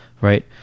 right